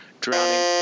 drowning